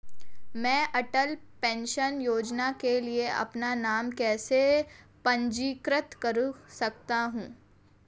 मैं अटल पेंशन योजना के लिए अपना नाम कैसे पंजीकृत कर सकता हूं?